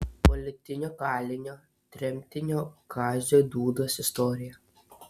politinio kalinio tremtinio kazio dūdos istorija